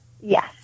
Yes